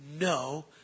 no